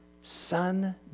son